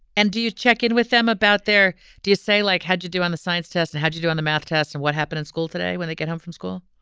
and do you check in with them about their do you say like how'd you do on the science tests? and how'd you do on the math tests and what happened in school today when they get home from school?